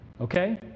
Okay